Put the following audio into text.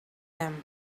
them